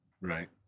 Right